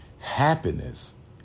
Happiness